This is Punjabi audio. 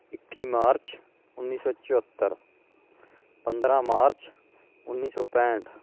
ਇੱਕੀ ਮਾਰਚ ਉੱਨੀ ਸੌ ਚੁਹੱਤਰ ਪੰਦਰਾਂ ਮਾਰਚ ਉੱਨੀ ਪੈਂਹਠ